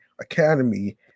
academy